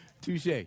Touche